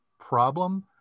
problem